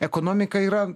ekonomika yra